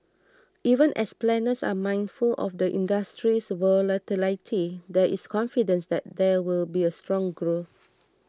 even as planners are mindful of the industry's volatility there is confidence that there will be strong growth